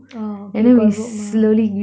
oh okay got rope ah